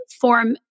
form